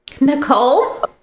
Nicole